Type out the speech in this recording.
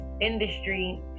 industry